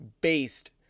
based